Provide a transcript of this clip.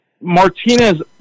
Martinez